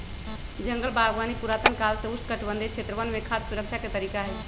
जंगल बागवानी पुरातन काल से उष्णकटिबंधीय क्षेत्रवन में खाद्य सुरक्षा के तरीका हई